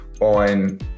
on